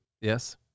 Yes